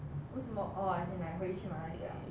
为什么 orh as in like 回去马来西亚